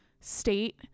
state